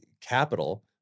capital